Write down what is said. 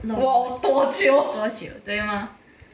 我我多久